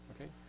Okay